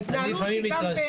ההתנהלות היא גם אחרת.